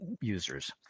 users